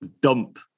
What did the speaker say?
dump